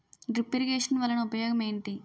drip irrigation వలన ఉపయోగం ఏంటి